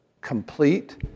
complete